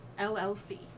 LLC